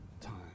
time